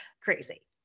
crazy